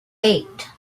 eight